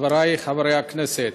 חברי חברי הכנסת,